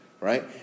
right